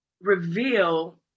reveal